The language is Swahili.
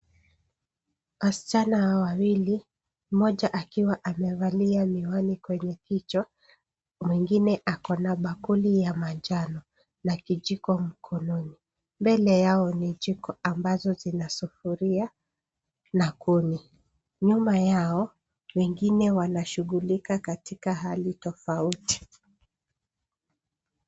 Wasichana hawa wawili ,mmoja akiwa amevalia miwani kwenye kichwa ,mwingine ako na bakuli ya manjano na kijiko mkononi. Mbele yao ni jiko ambazo zina sufuria na kuni. Nyuma yao wengine wanashughulika katika hali tofauti.